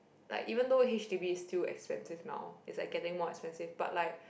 like even though h_d_b is still expensive now but it's like getting more expensive but like